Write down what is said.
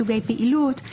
סוגי פעילות,